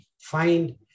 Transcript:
find